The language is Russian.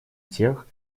тех